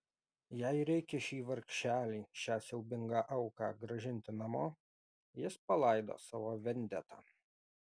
jei reikia šį vargšelį šią siaubingą auką grąžinti namo jis palaidos savo vendetą